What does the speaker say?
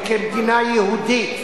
וכמדינה יהודית.